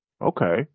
Okay